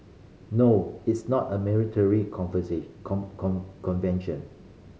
no it's not a military convention